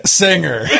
singer